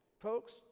folks